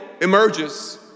emerges